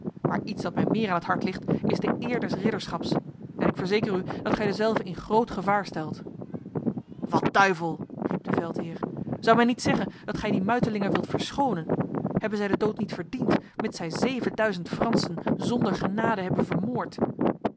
maar iets dat mij meer aan het hart ligt is de eer des ridderschaps en ik verzeker u dat gij dezelve in groot gevaar stelt wat duivel riep de veldheer zou men niet zeggen dat gij die muitelingen wilt verschonen hebben zij de dood niet verdiend mits zij zevenduizend fransen zonder genade hebben vermoord